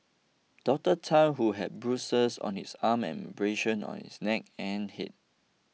Doctor Tan who had bruises on his arm and abrasions on his neck and head